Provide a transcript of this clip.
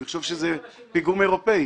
הוא יחשוב שזה פיגום אירופי.